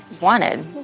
wanted